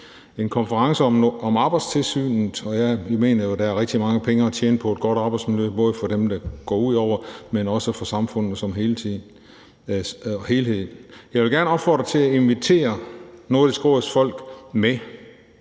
en konference om arbejdstilsynet, og jeg mener jo, at der er rigtig mange penge at tjene på et godt arbejdsmiljø, både for dem, det handler om, men også for samfundet som helhed. Jeg vil gerne opfordre til at invitere Nordisk Råds folk med.